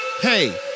Hey